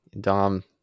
Dom